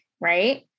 right